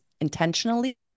intentionally